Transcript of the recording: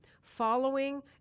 following